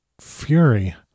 fury